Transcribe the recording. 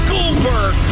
Goldberg